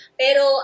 pero